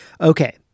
Okay